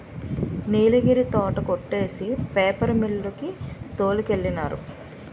నీలగిరి తోట కొట్టేసి paper mill కి తోలికెళ్ళినారు